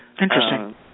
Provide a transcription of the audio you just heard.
Interesting